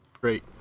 Great